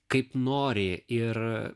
kaip nori ir